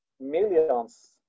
millions